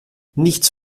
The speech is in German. nichts